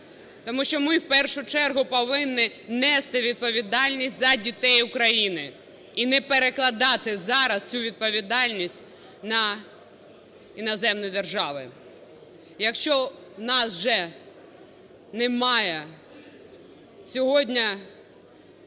Тому що ми, в першу чергу, повинні нести відповідальність за дітей України і не перекладати зараз цю відповідальність на іноземні держави.